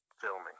filming